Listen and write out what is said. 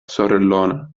sorellona